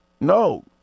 No